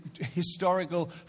historical